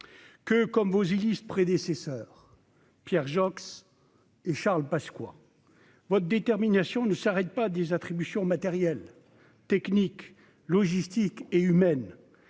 que comme vos illustres prédécesseurs, Pierre Joxe et Charles Pasqua votre détermination ne s'arrête pas des attributions matériels techniques, logistiques et humaines,